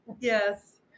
Yes